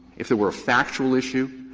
if it were a factual issue,